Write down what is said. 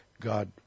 God